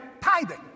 tithing